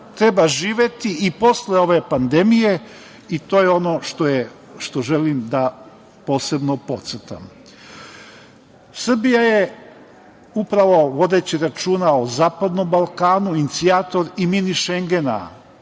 Treba živeti i posle ove pandemije i to je ono što želim da posebno podcrtam. Srbija je upravo vodeći računa o Zapadnom Balkanu inicijator i Mini Šengena.